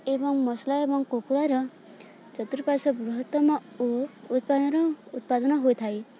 ଏବଂ ମସଲା ଏବଂ କୁକୁଡ଼ାର ଚତୁର୍ପାଶ୍ୱ ବୃହତ୍ତମ ଓ ଉତ୍ପାଦନ ଉତ୍ପାଦନ ହୋଇଥାଏ